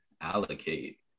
allocate